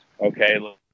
Okay